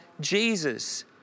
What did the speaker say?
Jesus